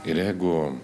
ir jeigu